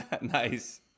Nice